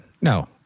No